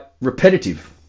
repetitive